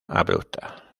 abrupta